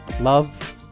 love